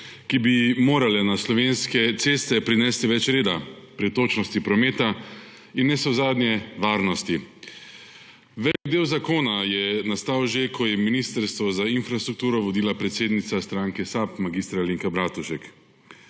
ki bi morale na slovenske ceste prinesti več reda, pretočnosti prometa in nenazadnje varnosti. Velik del zakona je nastal že, ko je Ministrstvo za infrastrukturo vodila predsednica stranke SAB mag. Alenka Bratušek.